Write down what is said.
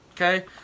okay